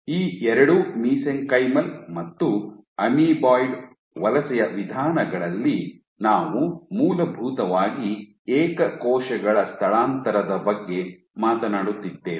ಈ ಎರಡೂ ಮಿಸೆಂಕೈಮಲ್ ಮತ್ತು ಅಮೀಬಾಯ್ಡ್ ವಲಸೆಯ ವಿಧಾನಗಳಲ್ಲಿ ನಾವು ಮೂಲಭೂತವಾಗಿ ಏಕ ಕೋಶಗಳ ಸ್ಥಳಾಂತರದ ಬಗ್ಗೆ ಮಾತನಾಡುತ್ತಿದ್ದೆವು